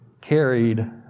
carried